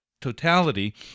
totality